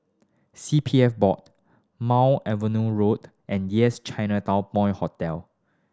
C P F Board Mount Road and Yes Chinatown Point Hotel